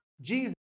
Jesus